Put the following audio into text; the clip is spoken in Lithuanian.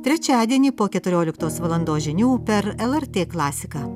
trečiadienį po keturioliktos valandos žinių per lrt klasiką